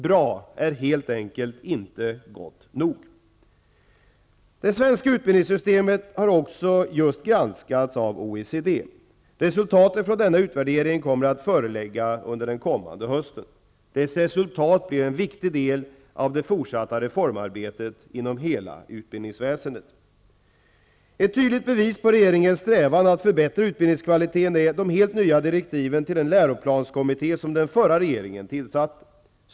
Bra är helt enkelt inte gott nog. Det svenska utbildningssystemet har också just granskats av OECD. Resultat från denna utvärdering kommer att föreligga under hösten. Dess resultat blir en viktig del av det fortsatta reformarbetet inom hela utbildningsväsendet. Ett tydligt bevis på regeringens strävan att förbättra utbildningskvaliteten är de helt nya direktiven till den läroplanskommitté som den förra regeringen tillsatte.